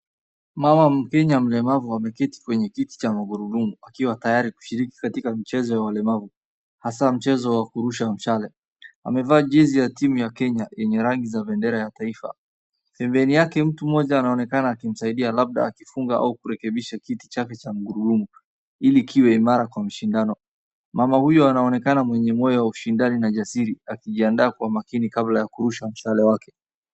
Mama mkenya mlemavu ameketi kwenye kiti cha magurudumu akiwa tayari kushiriki katika mchezo wa walemavu, hasa mchezo wa kurusha mshale. Amevaa jezi ya timu ya Kenya yenye rangi za bendera ya taifa. Pembeni yake mtu mmoja anaonekana akimsaidia , labda akifunga au kurekebisha kiti chake cha magurudumu ili kiwa imara kwa mashindano. Mama huyo anaonekana mwenye moyo wa ushindani na ujasiri, akijianda kwa makini kabla ya kurusha mshale wake.